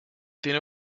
tiene